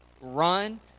Run